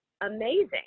amazing